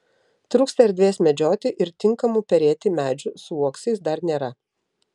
trūksta erdvės medžioti ir tinkamų perėti medžių su uoksais dar nėra